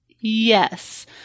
Yes